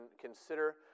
consider